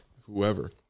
whoever